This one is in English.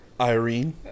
Irene